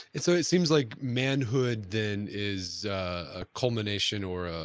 so it seems like manhood then is a culmination or a